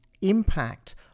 impact